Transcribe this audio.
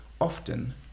often